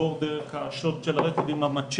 עבור דרך השוד של הרכב עם המצ'טה,